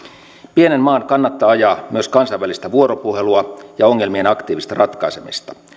pienen maan kannattaa ajaa myös kansainvälistä vuoropuhelua ja ongelmien aktiivista ratkaisemista